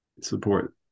support